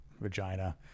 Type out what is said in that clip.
vagina